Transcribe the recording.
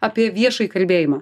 apie viešąjį kalbėjimą